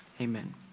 Amen